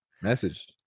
Message